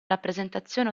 rappresentazione